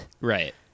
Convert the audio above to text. right